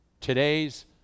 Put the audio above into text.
Today's